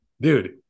Dude